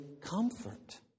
comfort